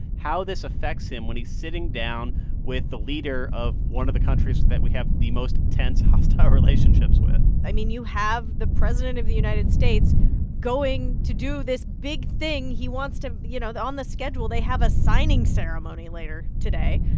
how this affects him when he's sitting down with the leader of one of the countries that we have the most tense, hostile relationships with? i mean, you have the president of the united states going to do this big thing. he wants to you know, on the schedule, they have a signing ceremony later today.